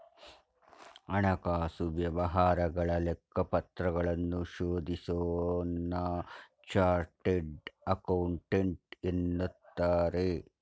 ಹಣಕಾಸು ವ್ಯವಹಾರಗಳ ಲೆಕ್ಕಪತ್ರಗಳನ್ನು ಶೋಧಿಸೋನ್ನ ಚಾರ್ಟೆಡ್ ಅಕೌಂಟೆಂಟ್ ಎನ್ನುತ್ತಾರೆ